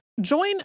Join